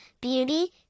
beauty